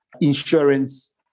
insurance